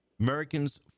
americans